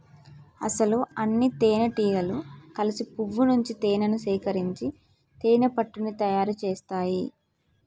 అసలు అన్నితేనెటీగలు కలిసి పువ్వుల నుంచి తేనేను సేకరించి తేనెపట్టుని తయారు సేస్తాయి